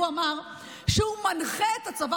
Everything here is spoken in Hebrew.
הוא אמר שהוא מנחה את הצבא